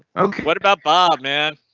ok what about bob man.